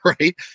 right